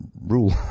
rule